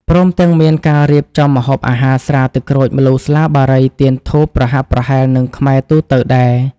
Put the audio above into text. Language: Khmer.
ព្រមទាំងមានការរៀបចំម្ហូបអាហារ ស្រា ទឹកក្រូច ម្លូ ស្លា បារី ទៀន ធូប ប្រហាក់ប្រហែលនឹងខ្មែរទូទៅដែរ ។